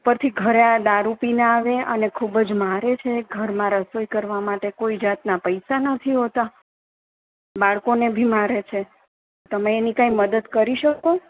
ઉપરથી ઘરે આ દારૂ પીને આવે અને ખૂબ જ મારે છે ઘરમાં રસોઈ કરવા માટે કોઈ જાતના પૈસા નથી હોતા બાળકોને ભી મારે છે તમે એની કંઈ મદદ કરી શકો